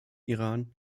iran